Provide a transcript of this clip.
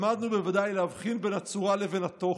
למדנו בוודאי להבחין בין הצורה לבין התוכן"